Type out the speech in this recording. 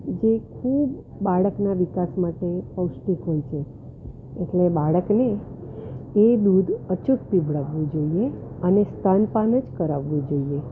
જે ખૂબ બાળકનાં વિકાસ માટે પૌષ્ટિક હોય છે એટલે બાળકને એ દૂધ અચૂક પીવડાવવું જોઈએ અને સ્તનપાન જ કરાવવું જોઈએ